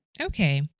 Okay